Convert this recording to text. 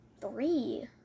three